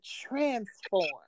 transform